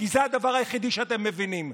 כי זה הדבר היחידי שאתם מבינים.